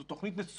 זו תוכנית מצוינת